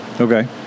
Okay